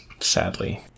Sadly